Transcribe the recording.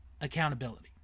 accountability